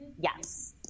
Yes